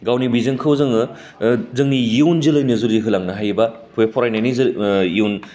गावनि बिजोंखौ जोङो जोंनि इउन जोलैनो जोलै होलांनो हायोबा बे फरायनायनि जों इउन